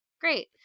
great